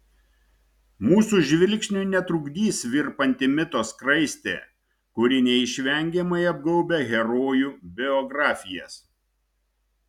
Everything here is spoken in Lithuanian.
mūsų žvilgsniui netrukdys virpanti mito skraistė kuri neišvengiamai apgaubia herojų biografijas